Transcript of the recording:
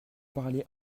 parlez